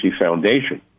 Foundation